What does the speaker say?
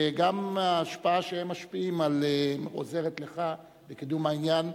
וגם ההשפעה שהם משפיעים עוזרת לך לקידום העניין.